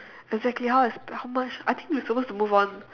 exactly how is but how much I think we're supposed to move on